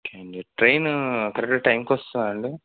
okay అండి train correct టైంకి వస్తుంది అండి